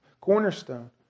cornerstone